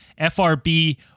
FRB